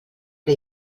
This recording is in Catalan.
que